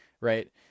Right